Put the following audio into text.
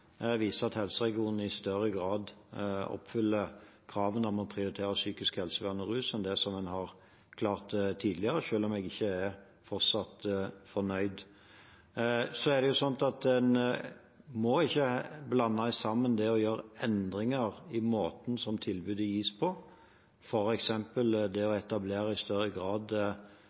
viser at helseregionene i større grad enn tidligere oppfyller kravene om å prioritere psykisk helsevern og rus, selv om jeg fortsatt ikke er fornøyd. Så må en ikke blande sammen det å gjøre endringer i måten som tilbudet gis på – f.eks. i større grad å etablere tverrfaglige team som jobber ute i